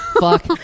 Fuck